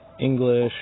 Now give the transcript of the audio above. English